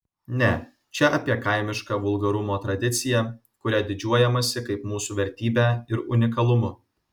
ne čia apie kaimišką vulgarumo tradiciją kuria didžiuojamasi kaip mūsų vertybe ir unikalumu